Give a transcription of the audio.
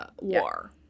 war